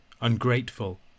ungrateful